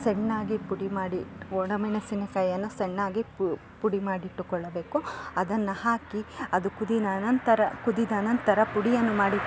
ಸಣ್ಣದಾಗಿ ಪುಡಿ ಮಾಡಿ ಇಟ್ಟು ಒಣ ಮೆಣಸಿನ ಕಾಯಿಯನ್ನು ಸಣ್ಣದಾಗಿ ಪುಡಿ ಮಾಡಿ ಇಟ್ಟುಕೊಳ್ಳಬೇಕು ಅದನ್ನು ಹಾಕಿ ಅದು ಕುದಿದ ನಂತರ ಕುದಿದ ನಂತರ ಪುಡಿಯನ್ನು ಮಾಡಿ